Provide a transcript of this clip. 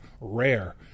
rare